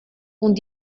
und